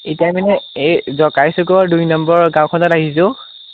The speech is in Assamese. ইপাৰে মানে এই জকাইচুকৰ দুই নম্বৰ গাঁওখনত আহিছোঁ